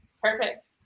Perfect